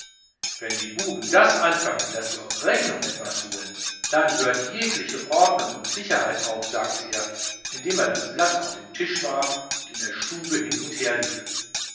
wenn die buben das anfangen daß sie auf rechnung etwas holen dann hört ja jegliche ordnung und sicherheit auf sagte er indem er das blatt auf den tisch warf und in der stube hin und her lief